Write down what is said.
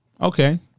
Okay